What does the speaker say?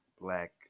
black